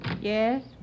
Yes